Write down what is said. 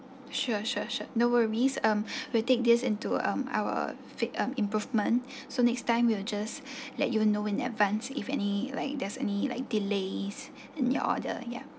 sure sure sure no worries um we'll take this into um our fix um improvement so next time we'll just let you know in advance if any like there's any like delays in your order ya